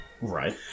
Right